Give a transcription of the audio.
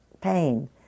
pain